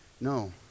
No